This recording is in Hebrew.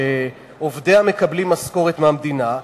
שעובדיה מקבלים משכורת מהמדינה,